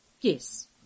Yes